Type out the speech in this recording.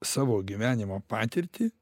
savo gyvenimo patirtį